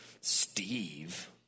Steve